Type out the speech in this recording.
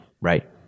right